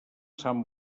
sant